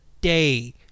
day